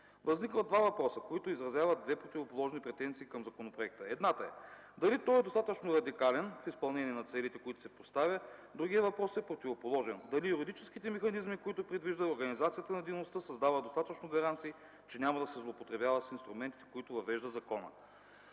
Възникват два въпроса, които изразяват две противоположни претенции към законопроекта. Едната е дали той е достатъчно радикален в изпълнение на целите, които си поставя. Другият въпрос е противоположен – дали юридическите механизми, които предвижда организацията на дейността, създават достатъчно гаранции, че няма да се злоупотребява с инструментите, които въвежда законът.”